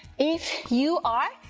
if you are.